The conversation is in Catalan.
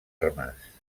armes